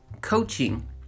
Coaching